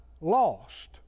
lost